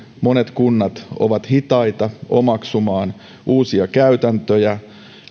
monet kunnat ovat hitaita omaksumaan uusia käytäntöjä